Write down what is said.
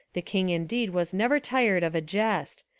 the king indeed was never tired of a jest,